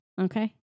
okay